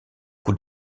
coup